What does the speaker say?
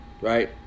right